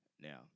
Now